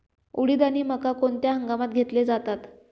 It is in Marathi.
उडीद आणि मका कोणत्या हंगामात घेतले जातात?